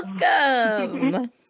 Welcome